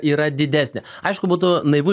yra didesnė aišku būtų naivu